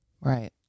Right